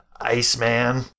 Iceman